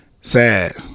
Sad